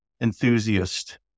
enthusiast